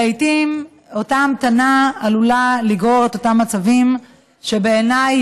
שלעיתים אותה המתנה עלולה לגרור את אותם מצבים שבעיניי